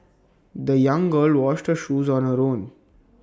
the young girl washed her shoes on her own